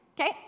Okay